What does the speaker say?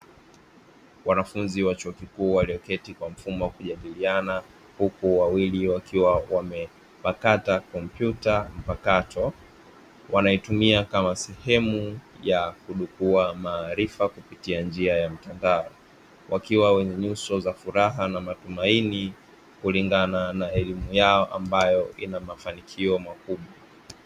Wanafunzi wa chuo kikuu walioketi kwa mfumo wa kujadiliana, huku wawili wakiwa wamepakata kompyuta mpakato. Wanaitumia kama sehemu ya kudukua maarifa kupitia njia ya mtandao, wakiwa wenye nyuso za furaha na matumaini kulingana na elimu yao ambayo ina mafanikio makubwa.